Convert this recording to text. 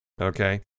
Okay